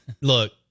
look